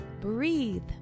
breathe